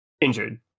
injured